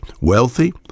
wealthy